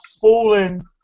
fooling